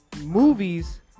Movies